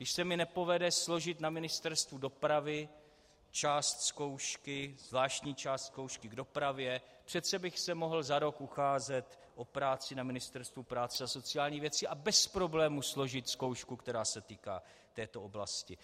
Když se mi nepovede složit na Ministerstvu dopravy část zkoušky, zvláštní část zkoušky k dopravě, přece bych se mohl za rok ucházet o práci na Ministerstvu práce a sociálních věcí a bez problémů složit zkoušku, která se týká této oblasti.